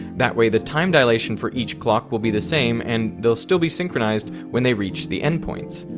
that way, the time dilation for each clock will be the same and they'll still be synchronized when they reached the end points.